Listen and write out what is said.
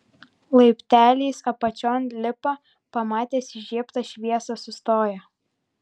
laipteliais apačion lipa pamatęs įžiebtą šviesą sustoja